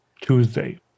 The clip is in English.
Tuesday